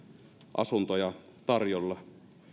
asuntoja tarjolla